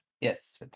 Yes